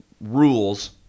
rules